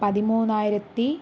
പതിമൂന്നായിരത്തി